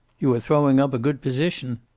you are throwing up a good position.